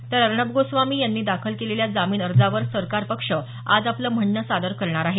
तर अर्णब गोस्वामी यांनी दाखल केलेल्या जामीन अर्जावर सरकार पक्ष आज आपलं म्हणणे सादर करणार आहे